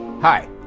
hi